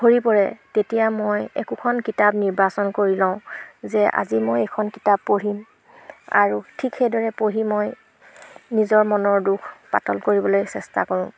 ভৰি পৰে তেতিয়া মই একোখন কিতাপ নিৰ্বাচন কৰি লওঁ যে আজি মই এইখন কিতাপ পঢ়িম আৰু ঠিক সেইদৰে পঢ়ি মই নিজৰ মনৰ দুখ পাতল কৰিবলৈ চেষ্টা কৰোঁ